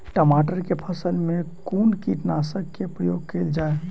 टमाटर केँ फसल मे कुन कीटनासक केँ प्रयोग कैल जाय?